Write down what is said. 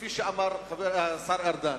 כפי שאמר השר ארדן.